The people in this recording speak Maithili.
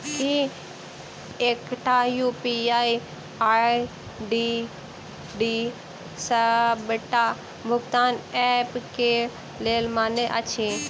की एकटा यु.पी.आई आई.डी डी सबटा भुगतान ऐप केँ लेल मान्य अछि?